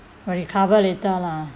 will recover later lah